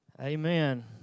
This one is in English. Amen